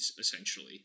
essentially